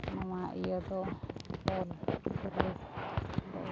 ᱱᱚᱣᱟ ᱤᱭᱟᱹ ᱫᱚ